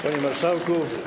Panie Marszałku!